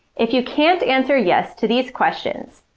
if you can't answer yes to these questions,